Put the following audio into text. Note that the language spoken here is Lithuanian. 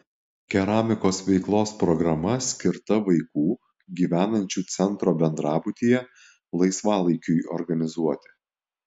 keramikos veiklos programa skirta vaikų gyvenančių centro bendrabutyje laisvalaikiui organizuoti